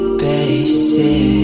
basic